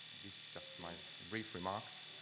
this is just my brief remarks,